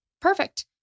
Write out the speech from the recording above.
perfect